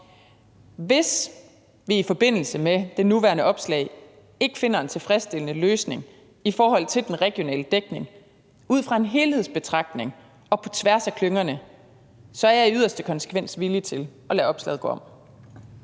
Hvis vi i forbindelse med det nuværende opslag ikke finder en tilfredsstillende løsning i forhold til den regionale dækning ud fra en helhedsbetragtning og på tværs af klyngerne, er jeg i yderste konsekvens villig til at lade opslaget gå om.